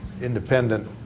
independent